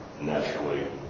naturally